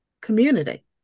community